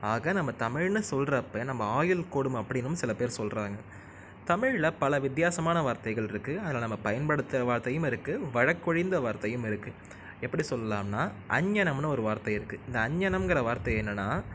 ஆக நம்ம தமிழ்னு சொல்கிறப்ப நம்ம ஆயுள் கூடும் அப்படின்னும் சில பேர் சொல்கிறாங்க தமிழ்ல பல வித்தியாசமான வார்த்தைகள் இருக்குது அதில் நம்ம பயன்படுத்துகிற வார்த்தையும் இருக்குது வழக்கொழிந்த வார்த்தையும் இருக்குது எப்படி சொல்லலாம்னால் அஞ்ஞனம்னு ஒரு வார்த்தை இருக்குது இந்த அஞ்ஞனங்கிற வார்த்தை என்னென்னா